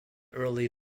early